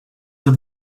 have